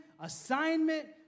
assignment